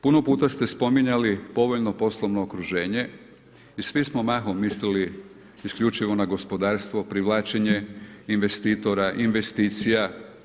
Puno puta ste spominjali povoljno poslovno okruženje i svi smo mahom mislili isključivo na gospodarstvo, privlačenje investitora, investicija.